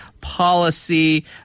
policy